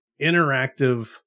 interactive